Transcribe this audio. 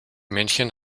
männchen